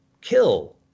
kill